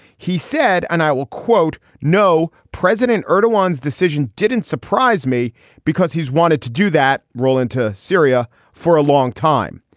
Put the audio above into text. he said and i will quote no president irda one's decision didn't surprise me because he's wanted to do that roll into syria for a long time.